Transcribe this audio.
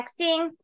texting